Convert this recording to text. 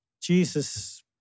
Jesus